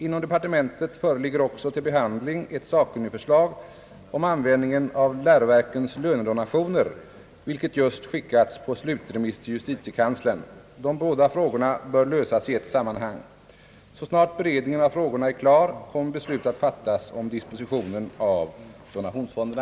Inom departementet föreligger också till behandling ett sakkunnigförslag om användningen av läroverkens lönedonationer, vilket just skickats på slutremiss till justitiekanslern. De båda frågorna bör lösas i ett sammanhang. Så snart beredningen av frågorna är klar kommer beslut att fattas om dispositionen av donationsfonderna.